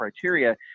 criteria